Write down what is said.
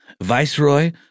Viceroy